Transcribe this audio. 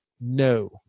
no